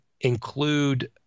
include